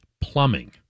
plumbing